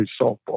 softball